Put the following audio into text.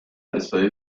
اسرائیل